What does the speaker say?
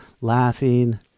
laughing